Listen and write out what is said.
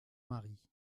mari